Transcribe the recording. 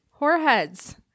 Whoreheads